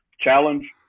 challenge